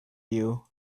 you